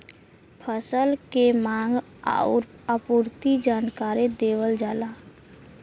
फसल के मांग आउर आपूर्ति के जानकारी देवल जाला